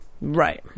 Right